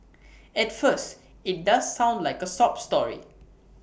at first IT does sound like A sob story